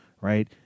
right